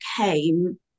came